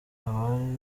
abari